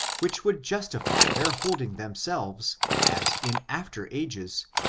which would justify their holding themselves, as in after ages,